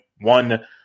One